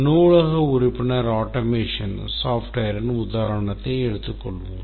நூலக உறுப்பினர் ஆட்டோமேஷன் softwareன் உதாரணத்தை எடுத்துக் கொள்வோம்